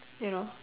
you know